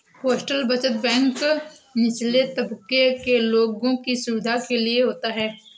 postal बचत bank निचले तबके के लोगों की सुविधा के लिए होता है